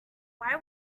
why